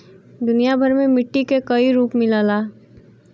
दुनिया भर में मट्टी के कई रूप मिलला